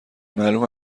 معلوم